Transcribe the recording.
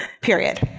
period